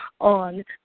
on